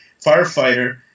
firefighter